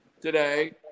today